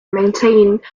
maintained